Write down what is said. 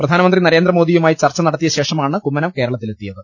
പ്രധാന മന്ത്രി നരേന്ദ്രമോദിയുമായി ചർച്ച നടത്തിയശേഷമാണ് കുമ്മനം കേരളത്തിലെത്തിയത്